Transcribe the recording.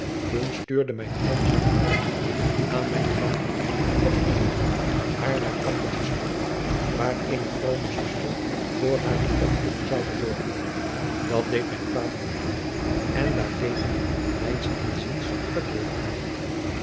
toen stuurde mijn oom zijne maria aan mijnen vader met verzoek haar naar kampen te sturen waar eene vroome zuster voor hare opvoeding zoude zorgen dat deed mijn vader niet en daar deed hij mijns inziens verkeerd aan